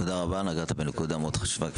תודה רבה, נגעת בנקודה מאוד חשובה.